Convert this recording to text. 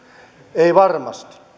eivät varmasti